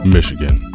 Michigan